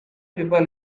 people